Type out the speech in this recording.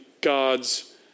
God's